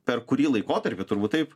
per kurį laikotarpį turbūt taip